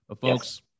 Folks